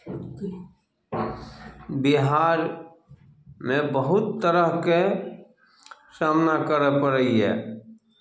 बिहारमे बहुत तरहके सामना करय पड़ैए